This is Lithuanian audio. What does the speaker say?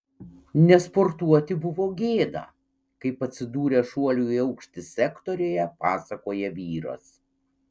nesportuoti buvo gėda kaip atsidūrė šuolių į aukštį sektoriuje pasakoja vyras